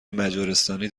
مجارستانی